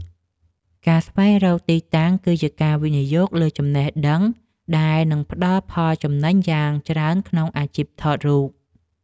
ការស្វែងរកទីតាំងគឺជាការវិនិយោគលើចំណេះដឹងដែលនឹងផ្ដល់ផលចំណេញយ៉ាងច្រើនក្នុងអាជីពថតរូប។